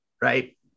Right